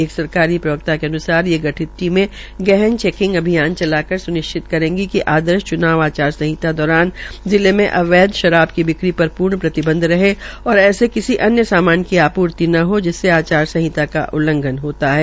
एक सरकारी प्रवक्ता के अन्सार ये गठित टीमें गहन चैकिंग अभियान चलाकर स्निश्चित करेगी कि आदर्श च्नाव संहिता दौरान जिले के अवैध शराब की बिक्री पर पूर्ण प्रतिबंध रहे और ऐसे किसी अन्य सामान की आपूर्ति न हो जिससे आचार संहिता का उल्लघन होता है